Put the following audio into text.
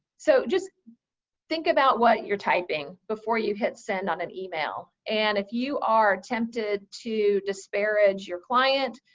so just think about what you're typing before you hit send on an email. and if you are tempted to disparage your client,